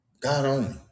God-only